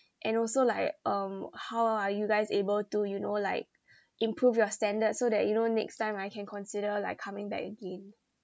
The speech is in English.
and also like um how are you guys able to you know like improve your standards so that you know next time I can consider like coming back again